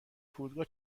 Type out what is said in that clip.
فرودگاه